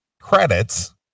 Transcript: credits